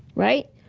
right?